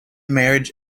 marriage